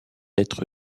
être